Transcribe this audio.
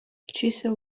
вчися